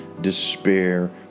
despair